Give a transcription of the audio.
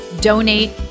donate